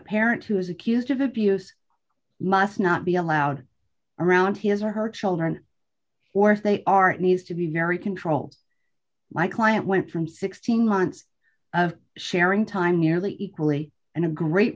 parent who is accused of abuse must not be allowed around his or her children or if they are it needs to be very controlled my client went from sixteen months of sharing time nearly equally and a great